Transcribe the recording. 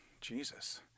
Jesus